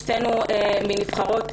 שתינו מ"נבחרות".